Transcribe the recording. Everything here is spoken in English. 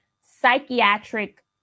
psychiatric